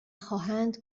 خواهند